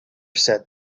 said